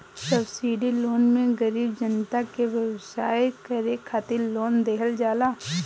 subsidy loan मे गरीब जनता के व्यवसाय करे खातिर लोन देहल जाला